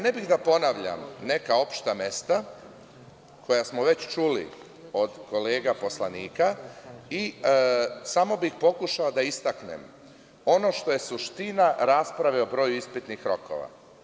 Ne bih da ponavljam neka opšta mesta koja smo već čuli od kolega poslanika, samo bih pokušao da istaknem ono što je suština rasprave o broju ispitnih rokova.